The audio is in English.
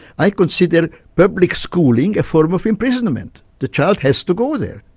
i consider public schooling a form of imprisonment the child has to go there.